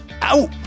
out